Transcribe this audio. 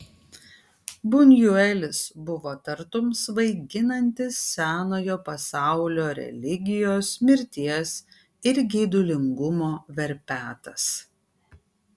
bunjuelis buvo tartum svaiginantis senojo pasaulio religijos mirties ir geidulingumo verpetas